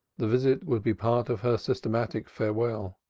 the visit would be part of her systematic farewell.